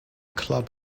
club